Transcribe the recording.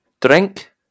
Drink